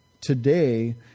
today